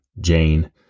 Jane